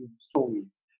stories